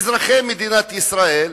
אזרחי מדינת ישראל,